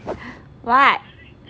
what